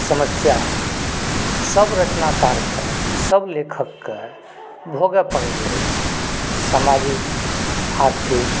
समस्या सभ रचनाकारक सभ लेखकके भोगऽ परैत अछि समाजिक आर्थिक